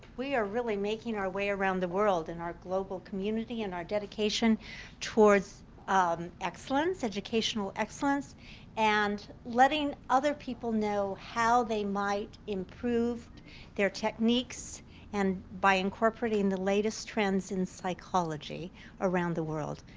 we are really making our way around the world in our global community and our dedication towards um excellence, educational excellence and letting other people know how they might improve their techniques and by incorporating the latest trends in psychology around the world.